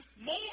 more